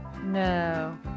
No